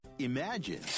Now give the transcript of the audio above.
imagine